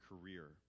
career